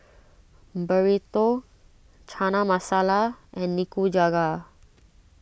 Burrito Chana Masala and Nikujaga